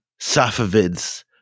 Safavids